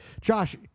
Josh